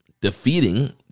defeating